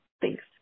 thanks